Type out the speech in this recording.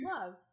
love